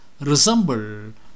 resemble